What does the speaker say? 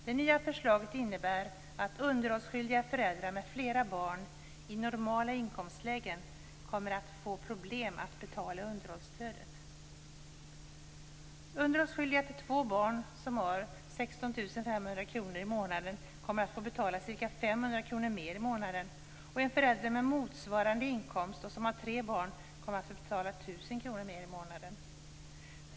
Det nya förslaget innebär att underhållsskyldiga föräldrar med flera barn, i normala inkomstlägen, kommer att få problem att betala underhållsstödet. Underhållsskyldiga till två barn som har 16 500 kr i månaden kommer att få betala ca 500 kr mer i månaden. En förälder med motsvarande inkomst som har tre barn kommer att få betala 1 000 kr mer i månaden.